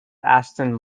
aston